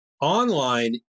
Online